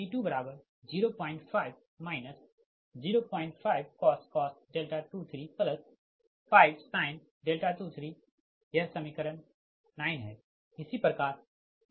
P205 05cos 23 5sin 23 यह समीकरण 9 है